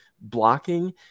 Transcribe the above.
Blocking